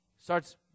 Starts